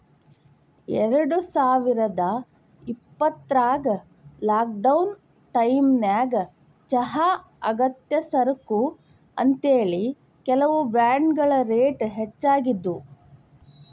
ಎರಡುಸಾವಿರದ ಇಪ್ಪತ್ರಾಗ ಲಾಕ್ಡೌನ್ ಟೈಮಿನ್ಯಾಗ ಚಹಾ ಅಗತ್ಯ ಸರಕು ಅಂತೇಳಿ, ಕೆಲವು ಬ್ರಾಂಡ್ಗಳ ರೇಟ್ ಹೆಚ್ಚಾಗಿದ್ವು